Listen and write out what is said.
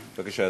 בן-גוריון?